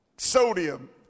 Sodium